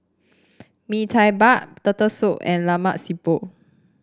Mee Tai Mak Turtle Soup and Lemak Siput